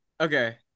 okay